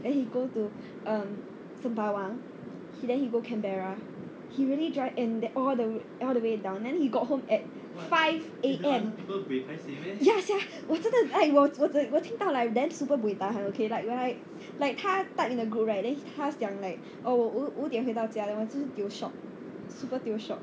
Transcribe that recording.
then he go to um sembawang he then he go canberra he really drive in the all the all the way down then he got home at five A_M ya sia 我真的我我听到我 like super buay tahan okay like when I like 他 type in the group right then 他讲 like oh 我五点到家 then 真是 tio shock super tio shock